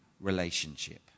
relationship